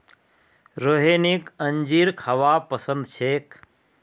रोहिणीक अंजीर खाबा पसंद छेक